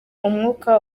umwuka